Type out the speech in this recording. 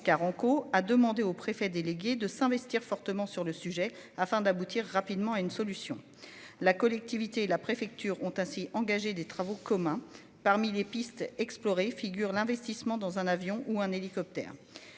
Carenco, a demandé au préfet délégué de s'investir fortement sur le sujet afin d'aboutir rapidement à une solution. La collectivité et la préfecture ont ainsi engagé des travaux communs. Parmi les pistes explorées figurent l'investissement dans un avion ou un hélicoptère.